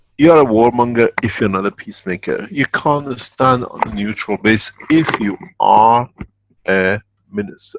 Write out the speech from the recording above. you are a warmonger if you are not a peacemaker. you can't stand on the neutral base if you are a minister.